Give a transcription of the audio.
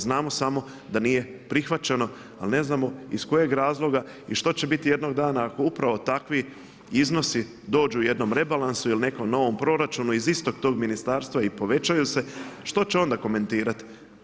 Znamo samo da nije prihvaćeno, ali ne znamo iz kojeg razloga i što će biti jednog dana ako upravo takvi iznosi dođu jednom rebalansu ili nekom novom proračunu iz istog tog ministarstva i povećaju, što će onda komentirati?